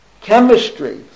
chemistry